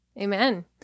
Amen